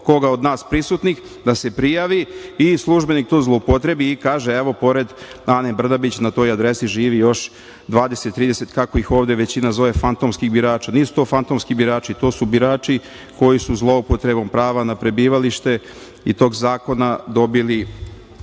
koga od nas prisutnih da se prijavi i službenik to zloupotrebi i kaže – evo, pored Ane Brnabić na toj adresi živi još 20, 30, kako ih većina ovde zove, fantomskih birača. Nisu to fantomski birači, to su birači koji su zloupotrebom prava na prebivalište i tog zakona dobili